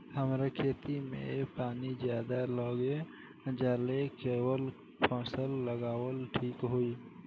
हमरा खेत में पानी ज्यादा लग जाले कवन फसल लगावल ठीक होई?